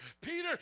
Peter